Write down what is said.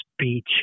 speech